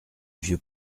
vieux